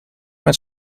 met